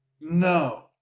no